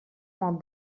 mañ